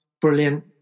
brilliant